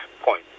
point